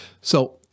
So-